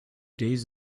days